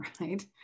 right